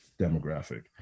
demographic